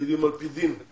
על פי דין.